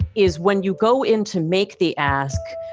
is when you go in to make the ask,